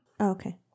Okay